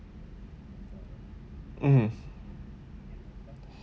mm